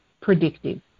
predictive